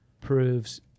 proves